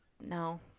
No